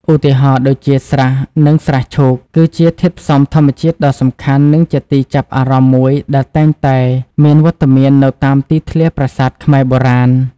ឧទាហរណ៍ ដូចជា ស្រះ និងស្រះឈូក គឺជាធាតុផ្សំធម្មជាតិដ៏សំខាន់ និងជាទីចាប់អារម្មណ៍មួយដែលតែងតែមានវត្តមាននៅតាមទីធ្លាប្រាសាទខ្មែរបុរាណ។